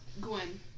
Gwen